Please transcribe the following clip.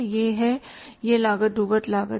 यह है यह लागत डूबत लागत है